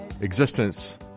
existence